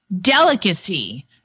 delicacy